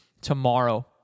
tomorrow